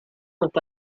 with